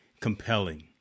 compelling